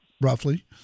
roughly